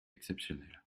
exceptionnel